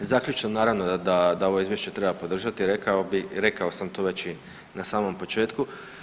Zaključno naravno da, da ovo izvješće treba podržati, rekao bi, rekao sam to već i na samom početku.